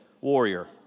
Warrior